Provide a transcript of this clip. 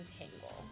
Entangle